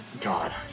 god